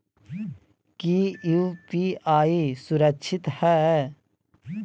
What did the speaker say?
की यू.पी.आई सुरक्षित है?